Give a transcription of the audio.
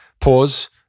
pause